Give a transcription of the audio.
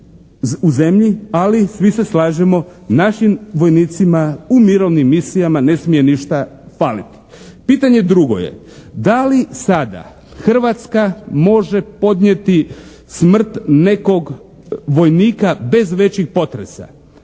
u zemlji, ali svi se slažemo našim vojnicima u mirovnim misijama ne smije ništa faliti. Pitanje drugo je, da li sada Hrvatska može podnijeti smrt nekog vojnika bez većih potresa?